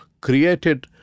created